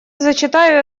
зачитаю